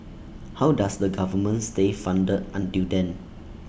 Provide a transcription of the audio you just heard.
how does the government stay funded until then